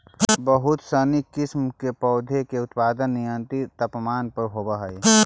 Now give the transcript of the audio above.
बहुत सनी किस्म के पौधा के उत्पादन एक नियंत्रित तापमान पर होवऽ हइ